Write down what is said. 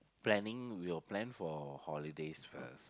planning we'll plan for holidays first